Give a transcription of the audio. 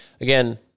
Again